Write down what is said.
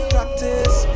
Practice